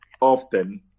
often